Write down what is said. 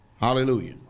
hallelujah